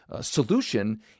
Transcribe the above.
solution